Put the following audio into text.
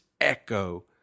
echo